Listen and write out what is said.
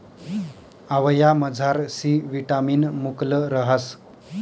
आवयामझार C vitamin मुकलं रहास